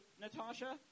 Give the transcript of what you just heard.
Natasha